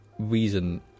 Reason